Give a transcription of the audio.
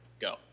Go